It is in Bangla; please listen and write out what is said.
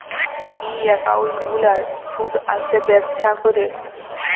ই একাউল্ট গুলার সুদ আসে ব্যবছা ক্যরে